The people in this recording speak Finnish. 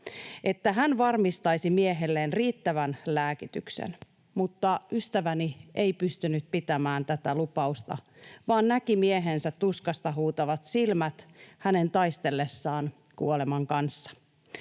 että hän varmistaisi miehelleen riittävän lääkityksen, mutta ystäväni ei pystynyt pitämään tätä lupausta vaan näki miehensä tuskasta huutavat silmät hänen taistellessaan kuoleman kanssa.